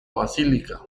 basílica